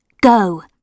Go